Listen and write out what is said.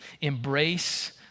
Embrace